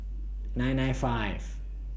nine nine five